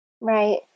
Right